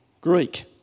Greek